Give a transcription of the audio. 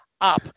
up